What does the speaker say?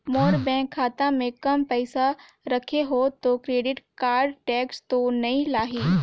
मोर bank खाता मे काम पइसा रखे हो तो क्रेडिट कारड टेक्स तो नइ लाही???